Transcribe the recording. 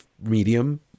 medium